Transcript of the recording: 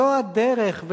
זו הדרך,